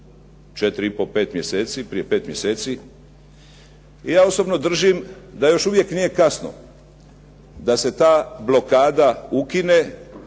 četiri i pol, pet mjeseci. I ja osobno držim da još uvijek nije kasno da se ta blokada ukine